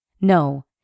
No